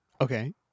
Okay